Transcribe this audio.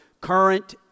Current